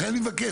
לכן אני מבקש,